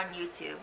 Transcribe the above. YouTube